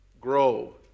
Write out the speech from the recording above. grow